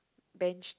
bench thing